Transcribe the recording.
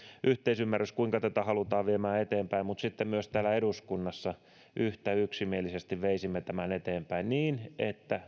yhteisymmärrys kuinka tätä halutaan viedä eteenpäin mutta sitten myös täällä eduskunnassa yhtä yksimielisesti veisimme tämän eteenpäin niin että